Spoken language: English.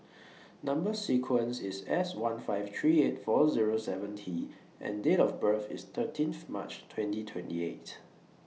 Number sequence IS S one five three eight four Zero seven T and Date of birth IS thirteen March twenty twenty eight